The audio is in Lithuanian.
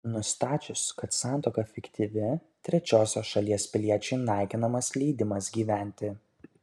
nustačius kad santuoka fiktyvi trečiosios šalies piliečiui naikinamas leidimas gyventi